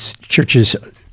churches –